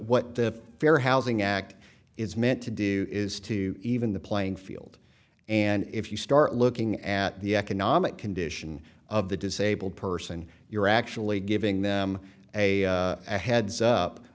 what the fair housing act is meant to do is to even the playing field and if you start looking at the economic condition of the disabled person you're actually giving them a heads up